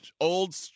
old